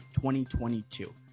2022